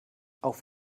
auf